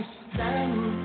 stand